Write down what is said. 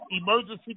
emergency